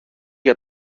για